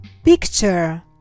picture